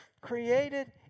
created